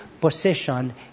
position